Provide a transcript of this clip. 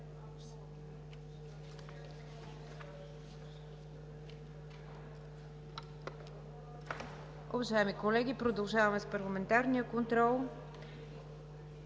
Уважаеми колеги, продължаваме с парламентарния контрол.